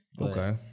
Okay